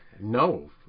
no